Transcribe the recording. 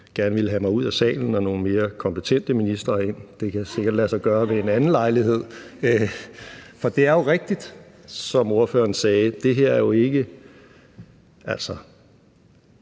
gerne ville have mig ud af salen og have nogle mere kompetente ministre ind, hvilket sikkert kan lade sig gøre ved en anden lejlighed, for det er jo rigtigt, som ordføreren sagde, nemlig at hvis det